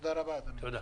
תודה.